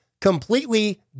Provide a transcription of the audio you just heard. completely